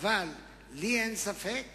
אין לי ספק